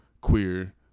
queer